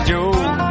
Joe